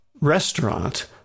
restaurant